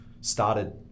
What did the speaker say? started